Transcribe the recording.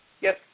Yes